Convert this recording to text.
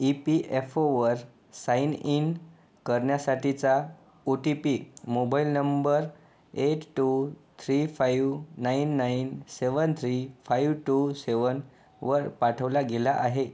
E P F ओवर sign in करण्यासाठीचा O T P mobile number eight two three five nine nine seven three five two सेवनवर पाठवला गेला आहे